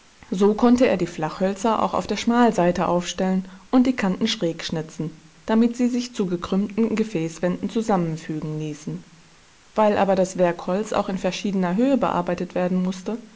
so konnte er die flachhölzer auch auf der schmalseite aufstellen und die kanten schräg schnitzen damit sie sich zu gekrümmten gefäßwänden zusammenfügen ließen weil aber das werkholz auch in verschiedener höhe bearbeitet werden mußte